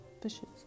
fishes